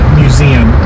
museum